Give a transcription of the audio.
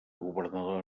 governador